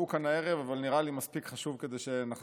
אבל זה נראה לי מספיק חשוב כדי שנחזור עליהם שוב.